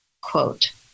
quote